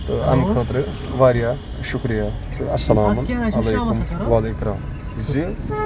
تہٕ اَمہِ خٲطرٕ واریاہ شُکرِیا تہٕ اَسلامُ علیکُم ولاِکرام زِ